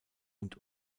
und